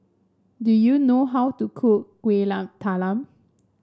do you know how to cook Kueh Talam